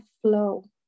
flow